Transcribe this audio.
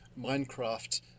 Minecraft